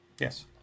Yes